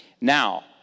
Now